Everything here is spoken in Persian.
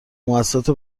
موسسات